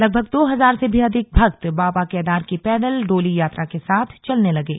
लगभग दो हजार से भी अधिक भक्त बाबा केदार की पैदल डोली यात्रा के साथ चलने लगे